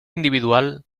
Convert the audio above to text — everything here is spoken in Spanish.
individual